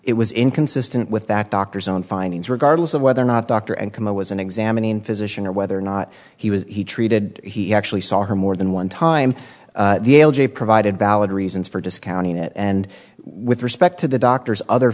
it was inconsistent with that doctor's own findings regardless of whether or not doctor and kimo was an examining physician or whether or not he was he treated he actually saw her more than one time provided valid reasons for discounting it and with respect to the doctor's other